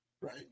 right